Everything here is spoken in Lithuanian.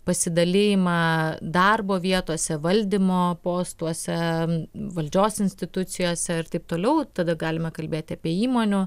pasidalijimą darbo vietose valdymo postuose valdžios institucijose ir taip toliau tada galime kalbėti apie įmonių